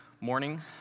morning